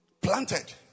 Planted